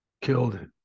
killed